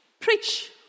preach